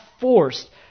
forced